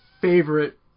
favorite